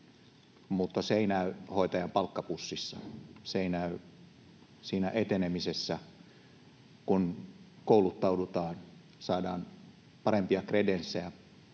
mutta se ei näy hoitajan palkkapussissa. Se ei näy etenemisessä, kun kouluttaudutaan, saadaan parempia kredenssejä,